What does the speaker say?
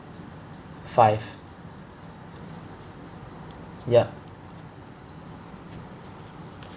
five yup